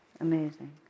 Amazing